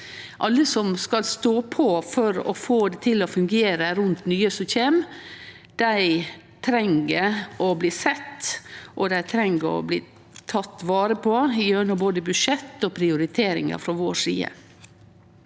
alle som skal stå på for å få det til å fungere rundt nye som kjem, treng å bli sett, og dei treng å bli tekne vare på gjennom både budsjett og prioriteringar frå vår side.